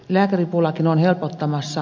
lääkäripulakin on helpottamassa